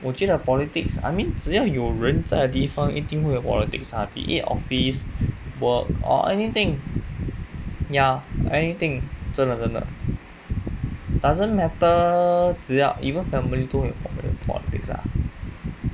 我觉得 politics I mean 只要有人在地方一定会有 politics 的啊 be it office work or anything ya anything 真的真的 doesn't matter 只要 even family 都会有 politi~ politics ah